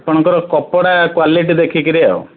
ଆପଣଙ୍କର କପଡ଼ା କ୍ୱାଲିଟି ଦେଖିକରି ଆଉ